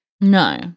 No